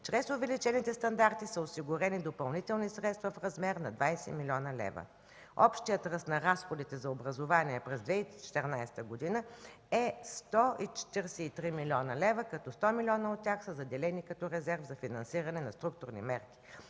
Чрез увеличените стандарти са осигурени допълнителни средства в размер на 20 млн. лв. Общият размер на разходите за образование през 2014 г. е 143 млн. лв., като 100 млн. лв. от тях са заделени като резерв за финансиране на структурни мерки